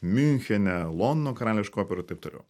miunchene londono karališkoj operoj ir taip toliau